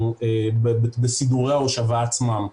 בסידורי ההושבה עצמם.